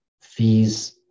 fees